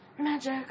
Magic